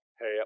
hey